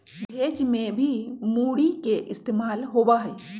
भेज में भी मूरी के इस्तेमाल होबा हई